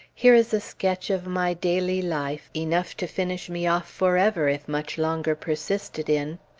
here is a sketch of my daily life, enough to finish me off forever, if much longer persisted in.